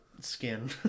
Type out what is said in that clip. skin